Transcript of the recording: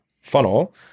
funnel